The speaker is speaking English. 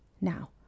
now